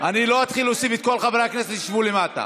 אני לא אתחיל להוסיף את כל חברי הכנסת שישבו למטה.